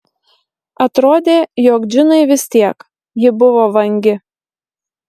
atrodė jog džinai vis tiek ji buvo vangi